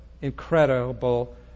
incredible